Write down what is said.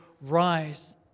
rise